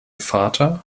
vater